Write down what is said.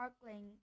sparkling